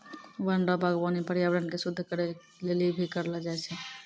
वन रो वागबानी पर्यावरण के शुद्ध करै लेली भी करलो जाय छै